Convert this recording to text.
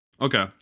Okay